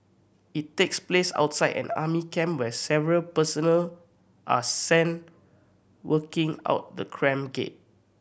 it takes place outside an army camp where several personnel are seen walking out the camp gate